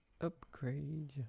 Upgrade